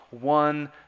one